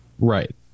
Right